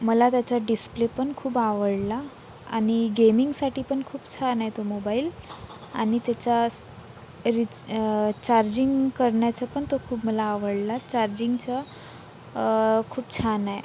मला त्याचा डिस्प्ले पण खूप आवडला आणि गेमिंगसाठी पण खूप छान आहे तो मोबाइल आणि त्याचा रिचा चार्जिंग करण्याचा पण तो खूप मला आवडला चार्जिंगचं खूप छान आहे